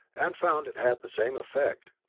and found it had the same effect,